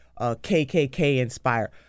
KKK-inspired